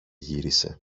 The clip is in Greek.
γύρισε